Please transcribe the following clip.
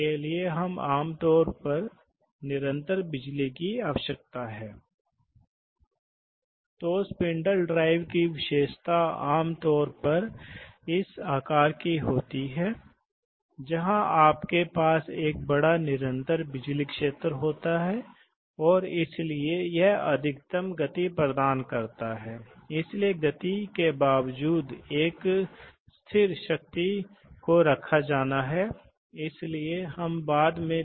तो वहाँ आप देखते हैं कि इन व्यक्तिगत साधनों को कम शक्ति की आवश्यकता नहीं है कोई जटिलता नहीं है सामान्य नौकरियां ऐसी हैं जैसे आप स्क्रू ड्राइविंग क्लैंपिंग वगैरह जानते हैं लेकिन बड़ी संख्या में संचालित स्टेशन हैं इसलिए ऐसा होता है कि आपके पास आप इस तथ्य के कारण नियंत्रण का बहुत कम लागत कार्यान्वयन है कि प्रमुख उपकरण जो एक कंप्रेसर नियामक वगैरह है उन्हें इस एप्लिकेशन की संख्या से अधिक साझा किया जा सकता है